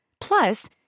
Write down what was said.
Plus